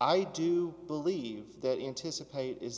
i do believe that anticipate is